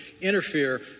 interfere